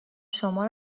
شما